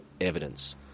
evidence